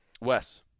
Wes